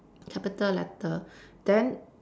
capital letter then